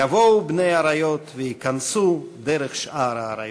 יבואו בני אריות וייכנסו דרך שער האריות'.